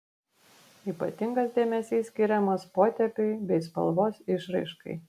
ypatingas dėmesys skiriamas potėpiui bei spalvos išraiškai